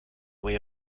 way